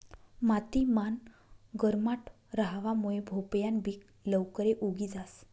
माती मान गरमाट रहावा मुये भोपयान बि लवकरे उगी जास